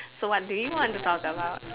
so what do you want to talk about